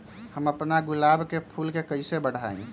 हम अपना गुलाब के फूल के कईसे बढ़ाई?